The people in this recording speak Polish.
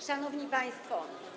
Szanowni Państwo!